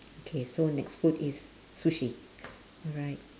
okay so next food is sushi alright